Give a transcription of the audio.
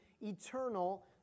eternal